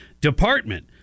Department